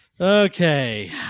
Okay